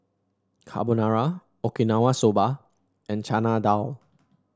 Carbonara Okinawa Soba and Chana Dal